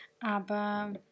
Aber